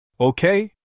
Okay